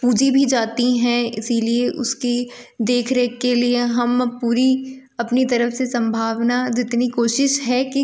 पूजी भी जाती हैं इसलिए उसकी देख रेख के लिए हम पूरी अपनी तरफ से सम्भावना जितनी कोशिश है कि